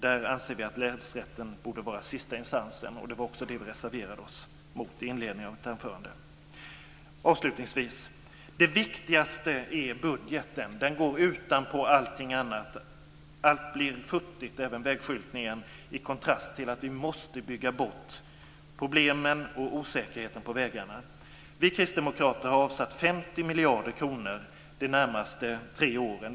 Där anser vi att länsrätten borde vara sista instansen, och det är också på den punkten som vi reserverar oss, som jag nämnde i inledningen av mitt anförande. Avslutningsvis vill jag säga att det viktigaste är budgeten. Den går utanpå allting annat. Allt blir futtigt - även vägskyltningen - i kontrast till behovet av att bygga bort problemen och osäkerheten på vägarna. Vi kristdemokrater har avsatt 50 miljarder kronor de närmaste tre åren.